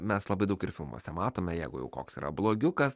mes labai daug ir filmuose matome jeigu jau koks yra blogiukas